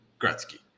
Gretzky